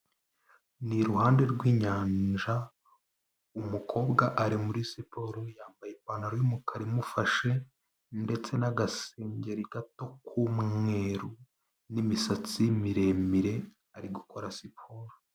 Ni iruhande rw'inyanja, umukobwa ari muri siporo yambaye ipantaro y'umukara imufashe, ndetse n'agasengeri gato k'umweru, n'misatsi miremire, ari gukora siporo.